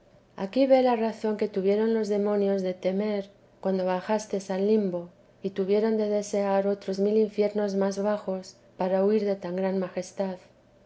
aquí ve la razón que tuvieron los demonios de temer cuando bajastes al limbo y tuvieron de desear otros mil infiernos más bajos para huir de tan gran majestad